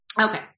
Okay